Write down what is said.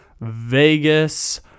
Vegas